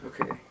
Okay